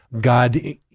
God